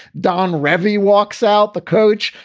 don revy walks out the coach.